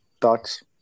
thoughts